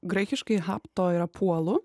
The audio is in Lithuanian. graikiškai hapto yra puolu